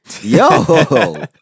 Yo